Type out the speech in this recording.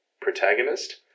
protagonist